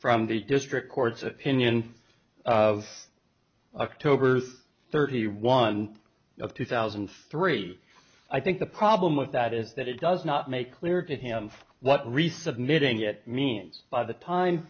from these district court's opinion of acct over thirty one of two thousand and three i think the problem with that is that it does not make clear to him what resubmitting it means by the time